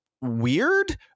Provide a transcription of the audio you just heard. weird